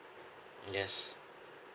yes